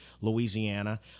Louisiana